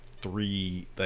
three